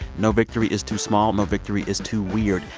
no victory is too small. no victory is too weird.